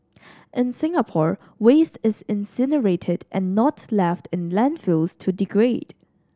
in Singapore waste is incinerated and not left in landfills to degrade